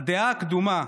הדעה הקדומה,